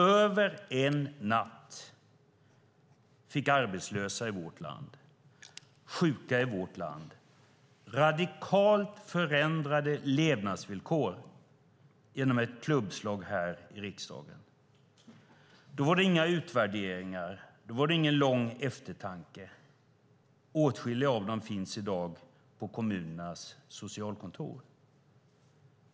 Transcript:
Över en natt fick arbetslösa och sjuka i vårt land radikalt förändrade levnadsvillkor genom ett klubbslag här i riksdagen. Då var det inga utvärderingar och ingen lång eftertanke. Åtskilliga av de människorna finns nu på kommunernas socialkontor.